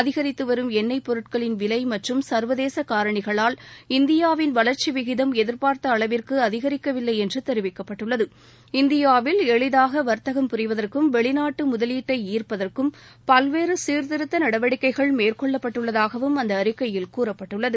அதிகரித்து வரும் எண்ணெய் பொருட்களின் விலை மற்றும் சர்வதேச காரணிகளால் இந்தியாவின் வளர்ச்சி விகிதம் எதிர்பார்த்த அளவிற்கு அதிகரிக்கவில்லை என்று தெரிவிக்கப்பட்டுள்ளது இந்தியாவில் எளிதாக வாத்தகம் புரிவதற்கும் வெளிநாட்டு முதலீட்எட ஈபதற்கும் பல்வேறு சீர்திருத்த நடவடிக்கைகள் மேற்கொள்ளப்பட்டுள்ளதாகவும் அந்த அறிக்கையில் கூறப்பட்டுள்ளது